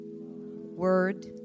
word